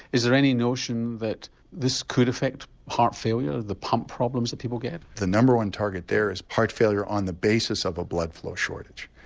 is there any notion that this could affect heart failure, the pump problems that people get? the number one target there is heart failure on the basis of a blood flow shortage.